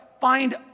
find